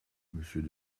monsieur